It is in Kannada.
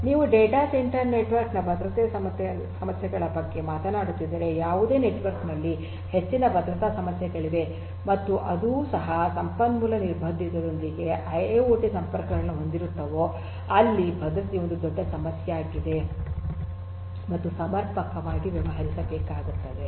ನೀವು ಡೇಟಾ ಸೆಂಟರ್ ನೆಟ್ವರ್ಕ್ ನ ಭದ್ರತಾ ಸಮಸ್ಯೆಗಳ ಬಗ್ಗೆ ಮಾತನಾಡುತ್ತಿದ್ದರೆ ಯಾವುದೇ ನೆಟ್ವರ್ಕ್ ನಲ್ಲಿ ಹೆಚ್ಚಿನ ಭದ್ರತಾ ಸಮಸ್ಯೆಗಳಿವೆ ಮತ್ತು ಅದೂ ಸಹ ಸಂಪನ್ಮೂಲ ನಿರ್ಬಂಧದೊಂದಿಗೆ ಐಐಓಟಿ ಸಂಪರ್ಕಗಳನ್ನು ಹೊಂದಿರುತ್ತವೋ ಅಲ್ಲಿ ಭದ್ರತೆಯು ಒಂದು ದೊಡ್ಡ ಸಮಸ್ಯೆಯಾಗಿದೆ ಮತ್ತು ಸಮರ್ಪಕವಾಗಿ ವ್ಯವಹರಿಸಬೇಕಾಗುತ್ತದೆ